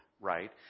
right